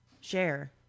Share